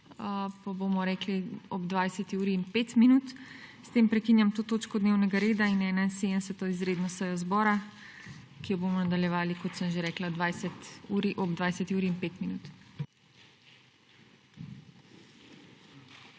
pa bomo rekli, ob 20 uri in 5 minut. S tem prekinjam to točko dnevnega reda in 71. izredno sejo zbora, ki jo bomo nadaljevali, kot sem že rekla ob 20. uri in 5 minut.